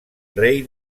rei